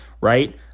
right